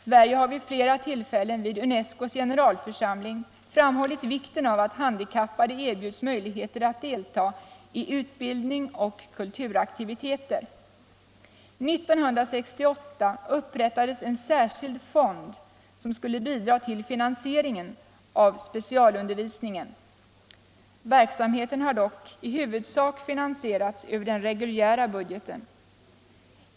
Sverige har vid flera tillfällen i UNESCO:s generalförsamling framhållit vikten av att handikappade erbjuds möjligheter att delta i utbildning och kulturaktiviteter. År 1968 upprättades en särskild fond, som skulle bidra till finansieringen av specialundervisningen. Verksamheten har dock i huvudsak finansierats över den reguljära budgeten.